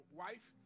wife